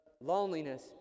loneliness